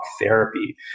therapy